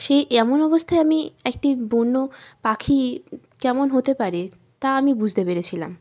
সেই এমন অবস্থায় আমি একটি বন্য পাখি কেমন হতে পারে তা আমি বুঝতে পেরেছিলাম